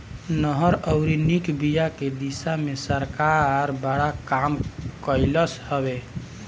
नहर अउरी निक बिया के दिशा में सरकार बड़ा काम कइलस हवे